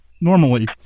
Normally